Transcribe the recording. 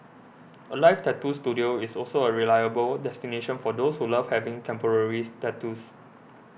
Alive Tattoo Studio is also a reliable destination for those who love having temporaries tattoos